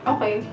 Okay